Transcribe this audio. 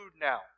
now